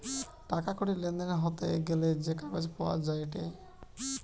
টাকা কড়ির লেনদেন হতে গ্যালে যে কাগজ পাওয়া যায়েটে